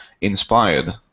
inspired